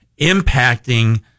impacting